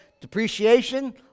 depreciation